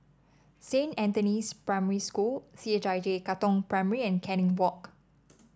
Saint Anthony's Primary School C H I J Katong Primary and Canning Walk